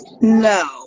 no